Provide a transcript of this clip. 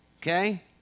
okay